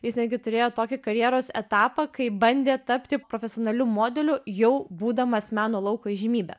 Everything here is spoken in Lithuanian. jis netgi turėjo tokį karjeros etapą kai bandė tapti profesionaliu modeliu jau būdamas meno lauko įžymybe